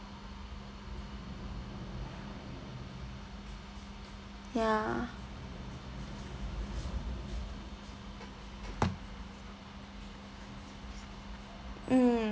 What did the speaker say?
ya mm